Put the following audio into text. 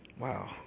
Wow